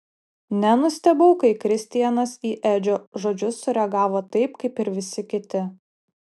nenustebau kai kristianas į edžio žodžius sureagavo taip kaip ir visi kiti